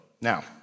Now